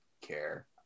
care